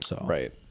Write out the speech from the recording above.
Right